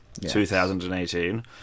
2018